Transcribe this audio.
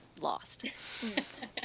lost